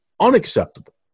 unacceptable